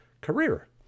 career